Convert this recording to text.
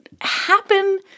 happen